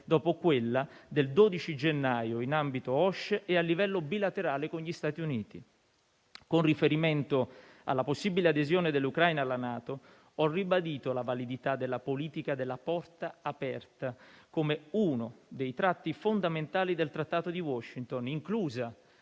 dopo quella del 12 gennaio in ambito OSCE e a livello bilaterale con gli Stati Uniti. Con riferimento alla possibile adesione dell'Ucraina alla NATO, ho ribadito la validità della politica della porta aperta come uno dei tratti fondamentali del Trattato di Washington, inclusa